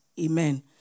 Amen